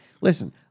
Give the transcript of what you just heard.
Listen